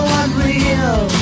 unreal